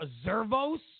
Azervos